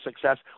success